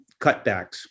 cutbacks